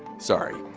sorry.